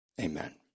amen